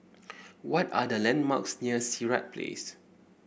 what are the landmarks near Sirat Place